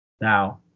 Now